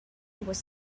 was